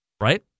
right